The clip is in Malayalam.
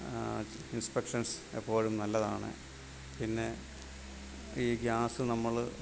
ഇൻസ്പെക്ഷൻസ് എപ്പോഴും നല്ലതാണ് പിന്നെ ഈ ഗ്യാസ് നമ്മൾ